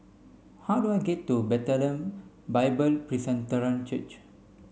how do I get to Bethlehem Bible Presbyterian Church